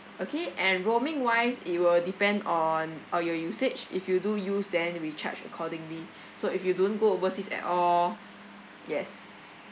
okay and roaming wise it will depend on on your usage if you do use then we charge accordingly so if you don't go overseas at all yes